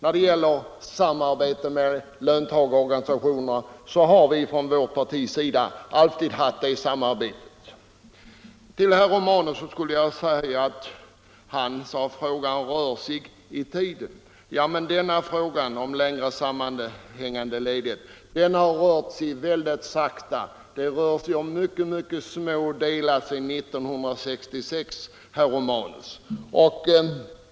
I fråga om samarbetet med löntagarorganisationerna vill jag understryka att vi i vårt parti alltid haft sådant samarbete. Herr Romanus sade att frågan rör sig i tiden. Men frågan om längre sammanhängande ledighet har rört sig väldigt sakta framåt — bara mycket små bitar sedan 1966, herr Romanus.